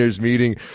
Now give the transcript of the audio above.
meeting